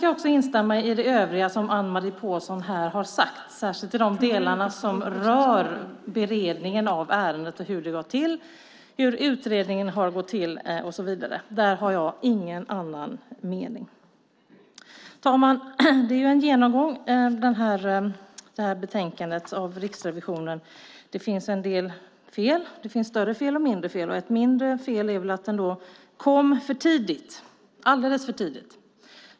Jag instämmer i det övriga som Anne-Marie Pålsson har sagt, särskilt i de delar som rör beredningen av ärendet och hur det kom till, hur utredningen har gått till och så vidare. Där har jag ingen annan mening. Fru talman! Betänkandet innehåller en genomgång av Riksrevisionen. Det finns en del fel. Det finns större fel och mindre fel. Ett mindre fel är att den kom för tidigt - alldeles för tidigt.